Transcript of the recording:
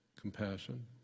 Compassion